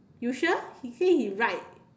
you sure he say he like